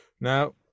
Now